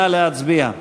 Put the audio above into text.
נא להצביע.